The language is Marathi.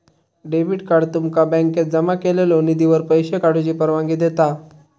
डेबिट कार्ड तुमका बँकेत जमा केलेल्यो निधीवर पैसो काढूची परवानगी देता